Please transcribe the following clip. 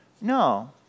No